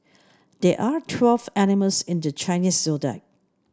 there are twelve animals in the Chinese Zodiac